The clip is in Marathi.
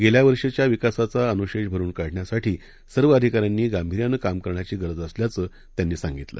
मागील वर्षीच्या विकासाचा अनुशेष भरून काढण्यासाठी सर्व अधिकाऱ्यांनी गांभीर्याने काम करण्याची गरज असल्याचं यावेळी त्यांनी सांगितलं